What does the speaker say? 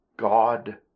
God